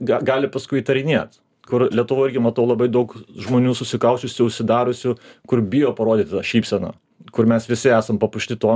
gal gali paskui įtarinėti kur lietuvoj irgi matau labai daug žmonių susikausčiusių užsidariusių kur bijo parodyti tą šypseną kur mes visi esam papuošti tuom